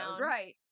Right